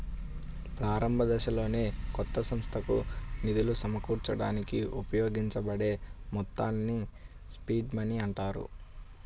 ప్రారంభదశలోనే కొత్త సంస్థకు నిధులు సమకూర్చడానికి ఉపయోగించబడే మొత్తాల్ని సీడ్ మనీ అంటారు